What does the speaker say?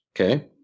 Okay